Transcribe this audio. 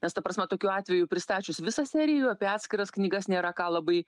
nes ta prasme tokiu atveju pristačius visą seriją apie atskiras knygas nėra ką labai